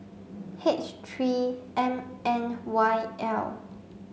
H three M N Y L